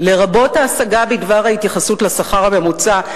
לרבות ההשגה בדבר ההתייחסות לשכר הממוצע,